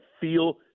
feel